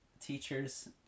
Teachers